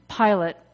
Pilate